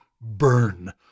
burn